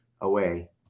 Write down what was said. away